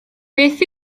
beth